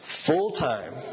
Full-time